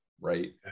right